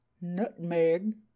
nutmeg